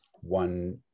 one